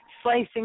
Slicing